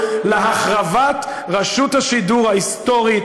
להחרבת רשות השידור ההיסטורית,